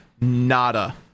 Nada